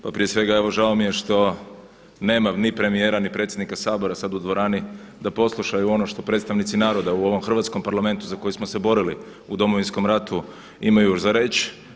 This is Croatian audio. Pa prije svega evo žao mi je što nema ni premijera ni predsjednika Sabora sada u dvorani da poslušaju ono što predstavnici naroda u ovom hrvatskom Parlamentu za koji smo se borili u Domovinskom ratu imaju za reć.